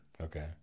Okay